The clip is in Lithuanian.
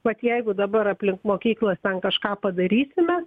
vat jeigu dabar aplink mokyklas ten kažką padarysime